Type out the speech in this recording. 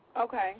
Okay